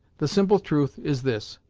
the simple truth is this.